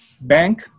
bank